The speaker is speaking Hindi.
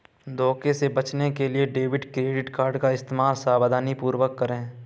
धोखे से बचने के लिए डेबिट क्रेडिट कार्ड का इस्तेमाल सावधानीपूर्वक करें